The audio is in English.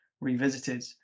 revisited